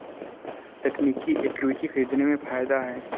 तकनीकी इक्विटी खरीदने में फ़ायदा है